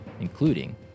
including